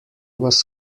was